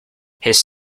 his